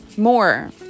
More